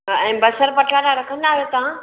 हा ऐं बसरि पटाटा रखंदा आहियो तव्हां